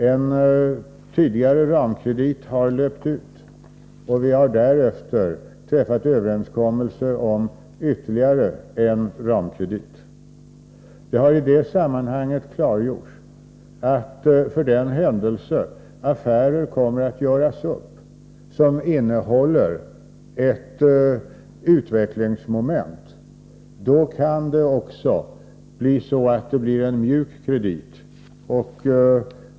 En tidigare ramkredit har löpt ut, och vi har därefter träffat överenskommelse om ytterligare en ramkredit. Det har idet sammanhanget klargjorts att för den händelse affärer som innehåller ett utvecklingsmoment görs upp, kan det också bli fråga om en mjuk kredit.